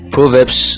Proverbs